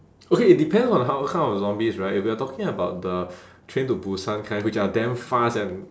okay it depends on how what kind of zombies right if we are talking about the train to busan kind which are damn fast and